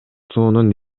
суунун